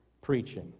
preaching